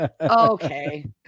Okay